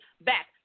back